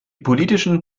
politischen